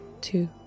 two